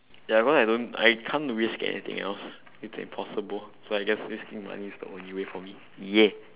ya cause I don't I can't risk anything else it's impossible so I guess risking money is the only way for me ya